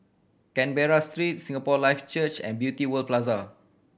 Canberra Street Singapore Life Church and Beauty World Plaza